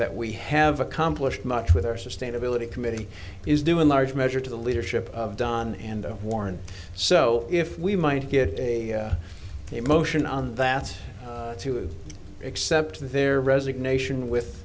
that we have accomplished much with our sustainability committee is due in large measure to the leadership of don and warren so if we might get a motion on that to accept their resignation with